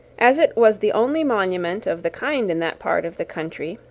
as it was the only monument of the kind in that part of the country,